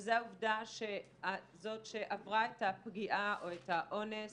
וזה העובדה שזאת שעברה את הפגיעה או את האונס